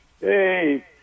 Hey